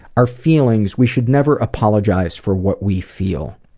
our feelings we should never apologize for what we feel,